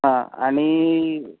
हां आणि